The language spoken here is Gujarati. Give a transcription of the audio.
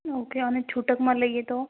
ઓકે અને છૂટકમાં લઈ તો